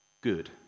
good